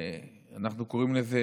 אנחנו קוראים לזה,